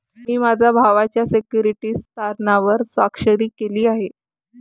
मी माझ्या भावाच्या सिक्युरिटीज तारणावर स्वाक्षरी केली आहे